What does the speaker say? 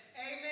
Amen